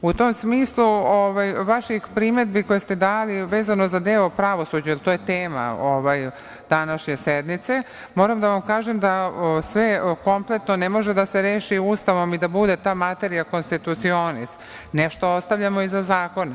U tom smislu vaših primedbi koje ste dali vezano za deo pravosuđa, jer to je tema današnje sednice, moram da vam kažem da sve kompletno ne može da se reši Ustavom i da bude ta materija „konstitucioni“, nešto ostavljamo i za zakone.